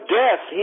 death